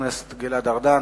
חבר הכנסת גלעד ארדן,